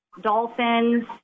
Dolphins